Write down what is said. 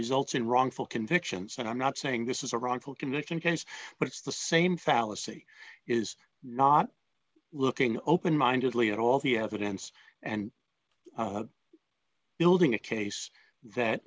results in wrongful convictions and i'm not saying this is a wrongful conviction case but it's the same fallacy is not looking open mindedly at all the evidence and building a case that